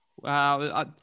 Wow